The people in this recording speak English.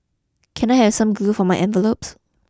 can I have some glue for my envelopes